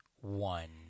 one